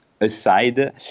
aside